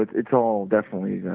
it's it's all definitely